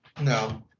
no